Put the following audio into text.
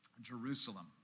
Jerusalem